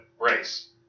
race